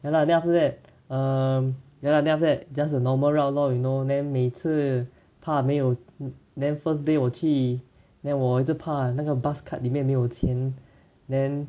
ya lah then after that um ya lah then after that just a normal route lor you know then 每次怕没有 then first day 我去 then 我一直怕那个 bus card 里面没有钱 then